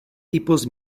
tipos